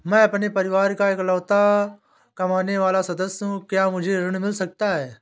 मैं अपने परिवार का इकलौता कमाने वाला सदस्य हूँ क्या मुझे ऋण मिल सकता है?